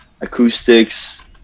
acoustics